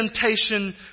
temptation